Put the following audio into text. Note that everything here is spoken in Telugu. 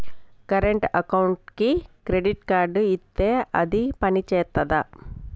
కరెంట్ అకౌంట్కి క్రెడిట్ కార్డ్ ఇత్తే అది పని చేత్తదా?